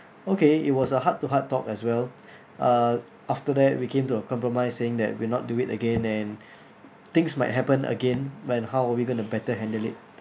okay it was a heart to heart talk as well uh after that we came to a compromise saying that we'll not do it again and things might happen again then how are we going to better handle it